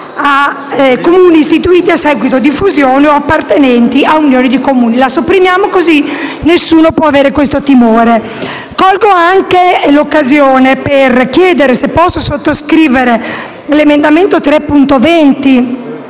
da Comuni istituiti a seguito di fusione o appartenenti a unioni di Comuni. Sopprimiamola così nessuno può avere questo timore. Colgo anche l'occasione per chiedere di poter sottoscrivere l'emendamento 3.20,